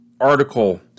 Article